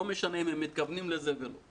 לא משנה אם הם מתכוונים לזה או לא.